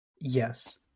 Yes